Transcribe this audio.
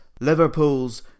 Liverpool's